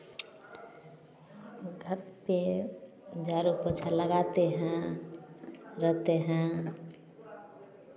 घर पर झाड़ू पोंछा लगाते हैं रहते हैं